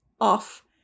off